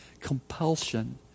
compulsion